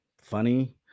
funny